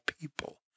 people